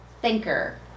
thinker